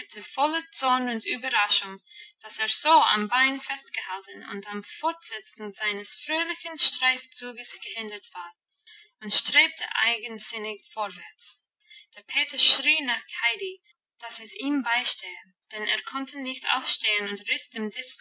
voller zorn und überraschung dass er so am bein festgehalten und am fortsetzen seines fröhlichen streifzuges gehindert war und strebte eigensinnig vorwärts der peter schrie nach heidi dass es ihm beistehe denn er konnte nicht aufstehen und